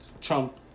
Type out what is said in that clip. Trump